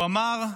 הוא אמר,